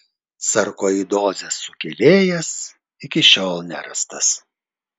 sarkoidozės sukėlėjas iki šiol nerastas